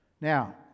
Now